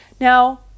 Now